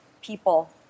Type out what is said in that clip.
people